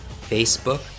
Facebook